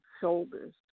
Shoulders